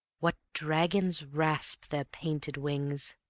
what dragons rasp their painted wings!